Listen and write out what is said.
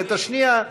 ואת השנייה,